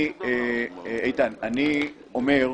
אני אומר,